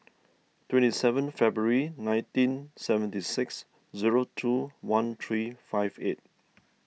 twenty seven February nineteen seventy six zero two one three five eight